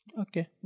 Okay